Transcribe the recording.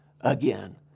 again